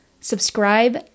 subscribe